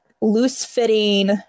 loose-fitting